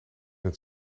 het